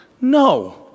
No